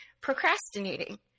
procrastinating